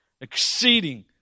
exceeding